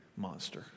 monster